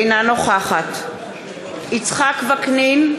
אינה נוכחת יצחק וקנין,